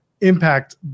Impact